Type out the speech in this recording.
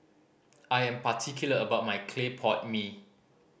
I am particular about my clay pot mee